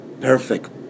perfect